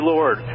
Lord